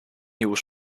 nieuwe